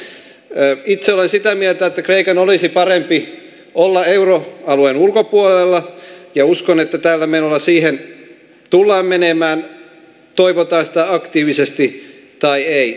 itse olen sitä mieltä että kreikan olisi parempi olla euroalueen ulkopuolella ja uskon että tällä menolla siihen tullaan menemään toivotaan sitä aktiivisesti tai ei